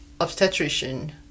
obstetrician